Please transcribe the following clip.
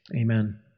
amen